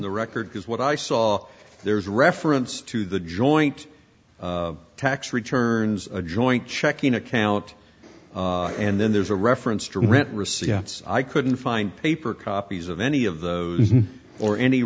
the record is what i saw there's reference to the joint tax returns a joint checking account and then there's a reference to rent receipts i couldn't find paper copies of any of those or any